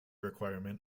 requirement